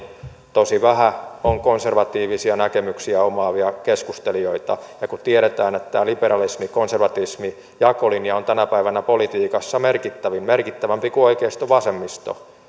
tosi vähän on konservatiivisia näkemyksiä omaavia keskustelijoita ja kun tiedetään että tämä liberalismi konservatismi jakolinja on tänä päivänä politiikassa merkittävämpi kuin oikeisto vasemmisto